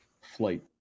flight